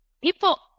People